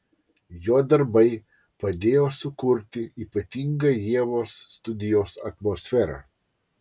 jo darbai padėjo sukurti ypatingą ievos studijos atmosferą